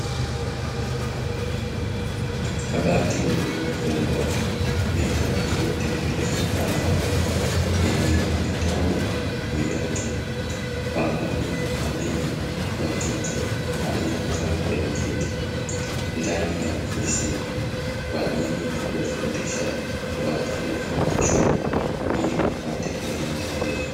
Kabati lililofungwa, meza iliyotengenezwa kwa mbao yenye vitabu juu yake, pamoja na mhadhiri wa kike aliyekaa kwenye kiti ndani ya ofisi; kwa ajili ya kuwafundisha wanafunzi wa chuo ili wapate elimu na ujuzi.